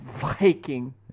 Viking